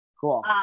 Cool